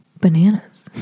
Bananas